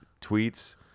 tweets